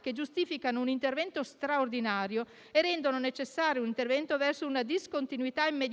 che giustificano un intervento straordinario e rendono necessario un intervento verso una discontinuità immediata